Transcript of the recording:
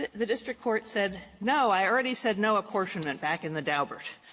the district court said, no, i already said no apportionment back in the daubert.